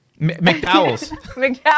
McDowell's